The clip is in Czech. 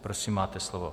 Prosím, máte slovo.